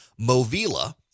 Movila